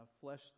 flesh